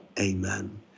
amen